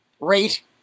rate